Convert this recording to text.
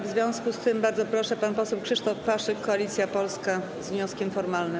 W związku z tym bardzo proszę, pan poseł Krzysztof Paszyk, Koalicja Polska, z wnioskiem formalnym.